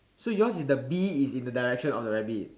so yours is the bee is in the direction of the rabbit